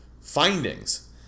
findings